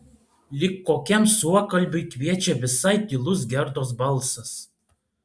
lyg kokiam suokalbiui kviečia visai tylus gerdos balsas